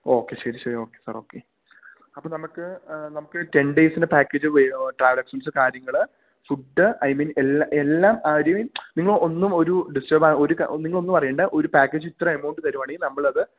okay ശരി ശരി okay sir okay അപ്പോള് നമുക്ക് നമുക്ക് ടെൻ ഡെയ്സിൻ്റെ പാക്കേജ് ട്രാവൽ എക്സ്പെൻസ് കാര്യങ്ങള് ഫുഡ് ഐ മീൻ എല്ലാം എല്ലാം ആ ഒരു നിങ്ങൾ ഒന്നും നിങ്ങളൊന്നും അറിയേണ്ട ഒരു പാക്കേജ് ഇത്ര അമൌണ്ട് തരികയാണെങ്കില് നമ്മളത്